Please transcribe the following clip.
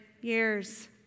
years